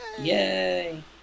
Yay